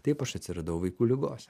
taip aš atsiradau vaikų ligose